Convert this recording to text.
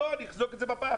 לא, אני אזרוק את זה בפח.